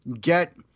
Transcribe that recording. get